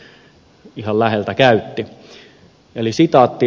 ihan läheltä käytti